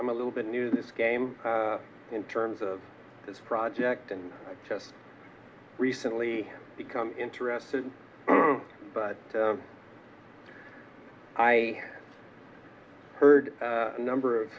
i'm a little bit new to this game in terms of this project and just recently become interested but i heard a number of